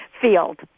field